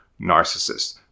narcissist